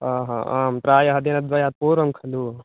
आ हा आं प्रायः दिनद्वयात् पूर्वं खलु